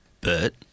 Bert